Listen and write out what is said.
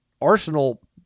Arsenal